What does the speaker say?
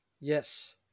yes